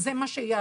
זה מה שיעזור.